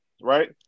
right